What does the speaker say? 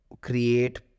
create